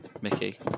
Mickey